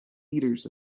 liters